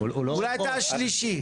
אולי אתה השלישי.